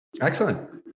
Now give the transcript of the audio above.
Excellent